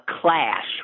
clash